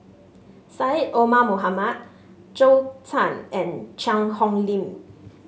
Syed Omar Mohamed Zhou Can and Cheang Hong Lim